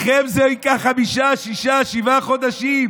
לכם זה ייקח חמישה, שישה, שבעה חודשים.